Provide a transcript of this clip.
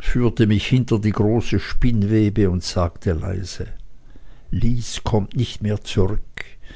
führte mich hinter die große spinnwebe und sagte leise lys kommt nicht mehr zurück